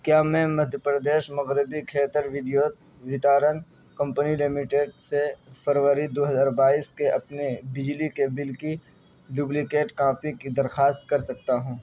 کیا میں مدھیہ پردیش مغربی کھیتر ودیوت ویتارن کمپنی لمیٹڈ سے فروری دو ہزار بائیس کے اپنے بجلی کے بل کی ڈبلیکیٹ کاپی کی درخواست کر سکتا ہوں